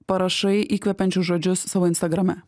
parašai įkvepiančius žodžius savo instagrame